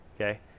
Okay